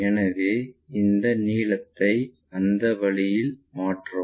எனவே இந்த நீளத்தை அந்த வழியில் மாற்றவும்